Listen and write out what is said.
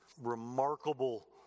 remarkable